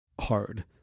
hard